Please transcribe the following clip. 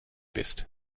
bist